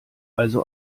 also